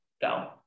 go